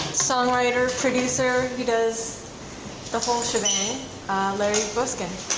songwriter, producer. he does the whole shebang, larry dvoskin.